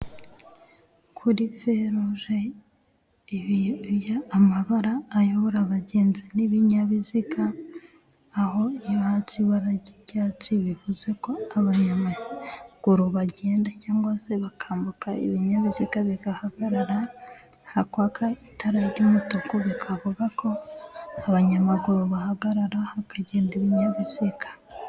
Kuri veruje amabara ayobora abagenzi n'ibinyabiziga, aho iyo hatse ibara ry'icyatsi bivuze ko abanyamaguru bagenda cyangwa se bakambuka ibinyabiziga bigahagarara, hakwaga itara ry'umutuku bikavuga ko abanyamaguru bahagarara hakagenda ibinyabiziga.